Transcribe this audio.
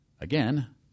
again